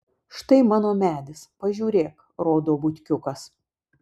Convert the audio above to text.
štai mano medis pažiūrėk rodo butkiukas